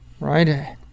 right